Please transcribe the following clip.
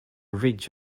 ridge